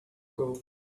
gold